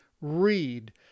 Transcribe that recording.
read